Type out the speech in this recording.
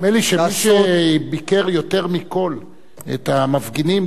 נדמה לי שמי שביקר יותר מכול את המפגינים,